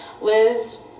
Liz